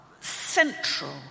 central